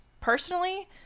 Personally